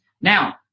Now